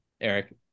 Eric